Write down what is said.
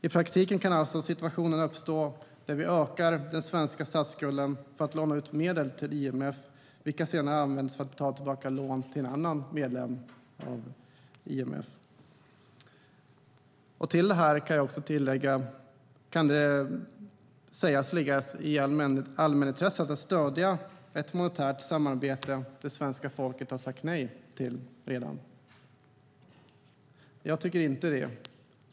I praktiken kan alltså en situation uppstå där vi ökar den svenska statsskulden för att låna ut medel till IMF, vilka senare används för att betala tillbaka lån till en annan medlem i IMF. Kan det sägas ligga i allmänintresset att stödja ett monetärt samarbete som svenska folket redan har sagt nej till? Jag tycker inte det.